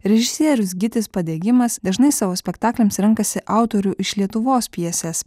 režisierius gytis padegimas dažnai savo spektakliams renkasi autorių iš lietuvos pjeses